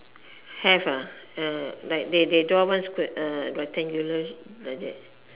have like they draw one rectangular like that